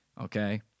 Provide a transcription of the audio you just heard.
Okay